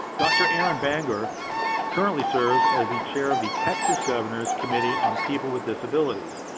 dr. aaron bangor currently serves as the chair of the texas governor's committee on people with disabilities.